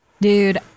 dude